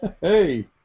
Hey